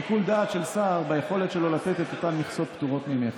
ושיקול דעת של שר ביכולת שלו לתת את אותן מכסות פטורות ממכס.